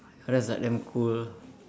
ya that's like damn cool